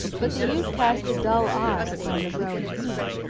but the youth cast a dull eye upon the growing heap,